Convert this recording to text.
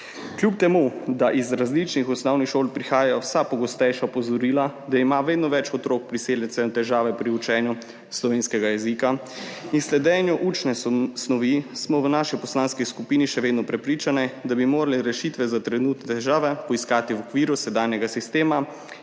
Kljub temu, da iz različnih osnovnih šol prihajajo vsa pogostejša opozorila, da ima vedno več otrok priseljencev težave pri učenju slovenskega jezika in sledenju učne snovi, smo v naši poslanski skupini še vedno prepričani, da bi morali rešitve za trenutne težave poiskati v okviru sedanjega sistema